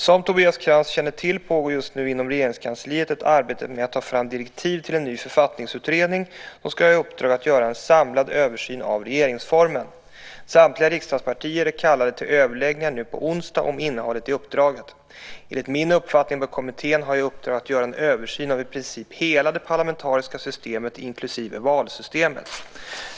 Som Tobias Krantz känner till pågår just nu inom Regeringskansliet ett arbete med att ta fram direktiv till en ny författningsutredning, som ska ha i uppdrag att göra en samlad översyn av regeringsformen. Samtliga riksdagspartier är kallade till överläggningar nu på onsdag om innehållet i uppdraget. Enligt min uppfattning bör kommittén ha i uppdrag att göra en översyn av i princip hela det parlamentariska systemet inklusive valsystemet.